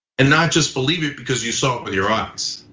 and not just believe it, because you saw it with your eyes.